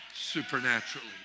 supernaturally